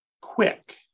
quick